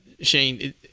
Shane